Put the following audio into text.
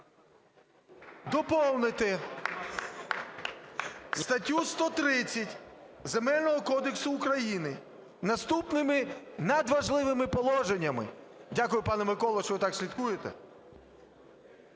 Доповнити статтю 130 Земельного кодексу України наступними надважливими положеннями. Дякую, пане Микола, що ви так слідкуєте.